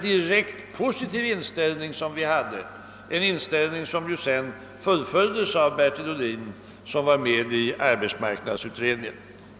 Denna vår inställning fullföljdes också senare av Bertil Ohlin, som satt med i arbetsmarknadsutredningen.